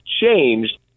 changed